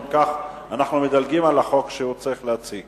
אם כך, אנחנו מדלגים על החוק שהוא צריך להציג